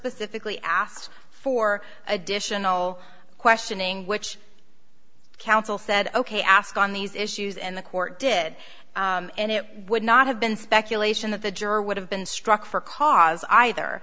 specifically asked for additional questioning which counsel said ok ask on these issues and the court did and it would not have been speculation that the juror would have been struck for cause either